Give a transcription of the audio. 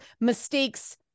mistakes